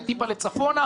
זה קצת צפונה,